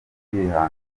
kwihangana